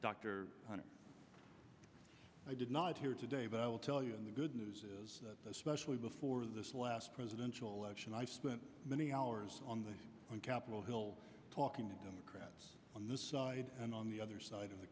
doctor i did not hear today but i will tell you in the good news is especially before this last presidential election i spent many hours on the capitol hill talking to democrats on this side and on the other side of the